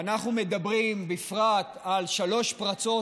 אנחנו מדברים בפרט על שלוש פרצות,